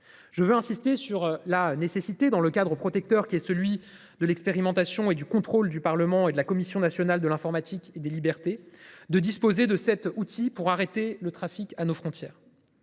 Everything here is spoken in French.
Je veux insister sur la nécessité dans le cadre protecteur qui est celui de l'expérimentation et du contrôle du Parlement et de la Commission nationale de l'informatique et des libertés de disposer de cet outil pour arrêter le trafic à nos frontières.